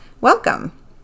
Welcome